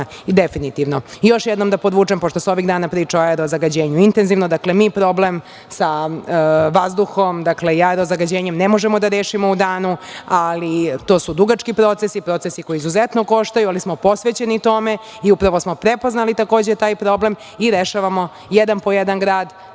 definitivno. Još jednom da podvučem, pošto se ovih dana priča o aerozagađenju intenzivno. Dakle, mi problem sa vazduhom, aerozagađenjem ne možemo da rešimo u danu, to su dugački procesi, procesi koji izuzetno koštaju, ali smo posvećeni tome i upravo smo prepoznali takođe taj problem i rešavamo jedan po jedan grad,